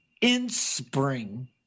in-spring